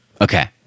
Okay